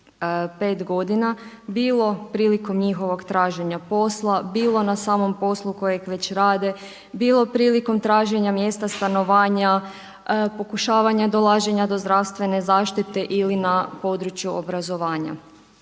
5 godina bilo prilikom njihovog traženja posla, bilo na samom poslu kojeg već rade, bilo prilikom traženja mjesta stanovanja, pokušavanja dolaženja do zdravstvene zaštite ili na području obrazovanja.